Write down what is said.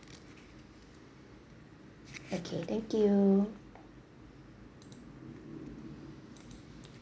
okay thank you